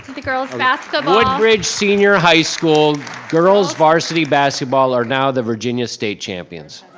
the girl's basketball. woodbridge senior high school girls' varsity basketball are now the virginia state champions.